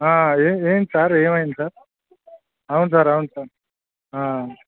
ఏం ఏం సార్ ఏమైంది సార్ అవును సార్ అవును సార్